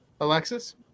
Alexis